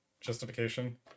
justification